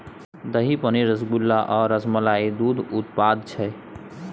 दही, पनीर, रसगुल्ला आ रसमलाई दुग्ध उत्पाद छै